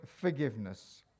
forgiveness